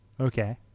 Okay